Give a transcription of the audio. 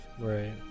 Right